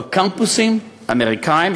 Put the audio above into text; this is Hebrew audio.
בקמפוסים האמריקניים,